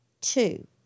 Two